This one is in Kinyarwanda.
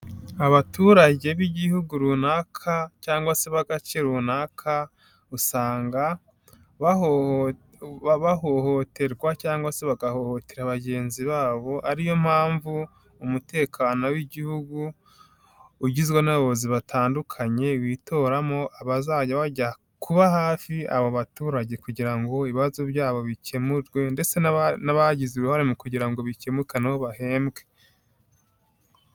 Abaturage b'igihugu runaka, cyangwa se b'agace runaka, usanga bahohoterwa cyangwa se bagahohotera bagenzi babo ariyo mpamvu umutekano w'igihugu ugizwe n'abayobozi batandukanye, witoramo abazajya bajya kuba hafi aba baturage kugira ngo ibibazo byabo bikemurwe ndetse n'abagize uruhare mu kugira ngo bikemuke na bo bahembwe.